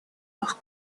los